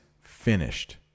finished